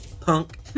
Punk